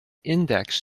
index